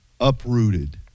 uprooted